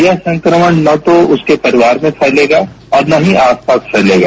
यह संक्रमण न तो उसके परिवार में फैलेगा और न ही आसपास फैलेगा